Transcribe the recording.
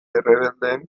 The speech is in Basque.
errebeldeen